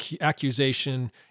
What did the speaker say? accusation—